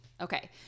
Okay